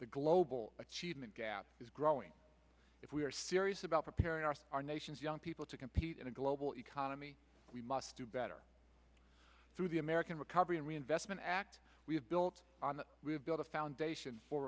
the global achievement gap is growing if we are serious about preparing our our nation's young people to compete in a global economy we must do better through the american recovery and reinvestment act we have built on that we have built a foundation for